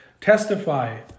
testify